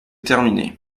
terminé